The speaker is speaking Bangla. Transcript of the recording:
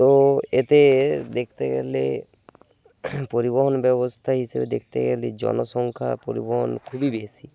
তো এতে দেখতে গেলে পরিবহন ব্যবস্থা হিসেবে দেখতে গেলে জনসংখ্যা পরিবহন খুবই বেশি